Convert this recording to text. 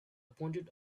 pointed